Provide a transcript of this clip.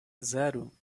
zero